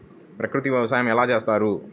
ప్రకృతి వ్యవసాయం ఎలా చేస్తారు?